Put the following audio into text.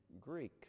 Greek